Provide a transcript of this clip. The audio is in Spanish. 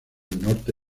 norte